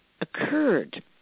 occurred